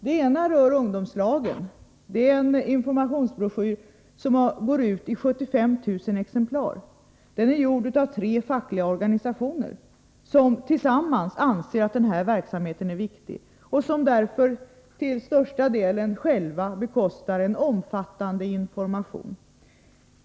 Den ena rör ungdomslagen. Det är en informationsbroschyr som går ut i 75 000 exemplar. Den är gjord av tre fackliga organisationer, som alla anser att denna verksamhet är viktig och som därför till största delen själva bekostar en omfattande information.